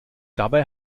dabei